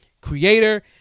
Creator